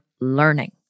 learning